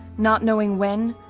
not knowing when,